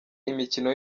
imikino